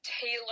Taylor